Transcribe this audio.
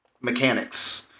mechanics